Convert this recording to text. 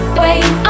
wait